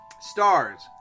Stars